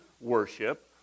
worship